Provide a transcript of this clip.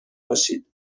باشید